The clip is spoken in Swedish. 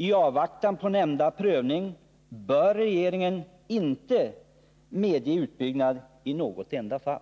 I avvaktan på nämnda prövning bör regeringen inte medge utbyggnad i något enda fall.